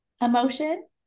emotion